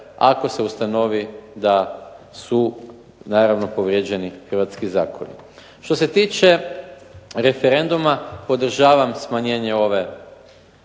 ako se ustanovi da su naravno povrijeđeni hrvatski zakoni. Što se tiče referenduma, podržavam smanjenje ove